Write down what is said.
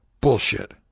Bullshit